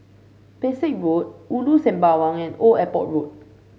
Pesek Road Ulu Sembawang and Old Airport Road